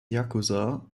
yakuza